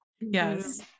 Yes